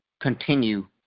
continue